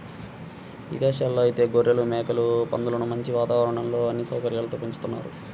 ఇదేశాల్లో ఐతే గొర్రెలు, మేకలు, పందులను మంచి వాతావరణంలో అన్ని సౌకర్యాలతో పెంచుతున్నారు